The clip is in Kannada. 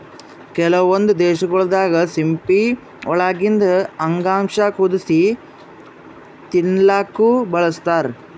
ಕೆಲವೊಂದ್ ದೇಶಗೊಳ್ ದಾಗಾ ಸಿಂಪಿ ಒಳಗಿಂದ್ ಅಂಗಾಂಶ ಕುದಸಿ ತಿಲ್ಲಾಕ್ನು ಬಳಸ್ತಾರ್